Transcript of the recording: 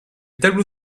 tableau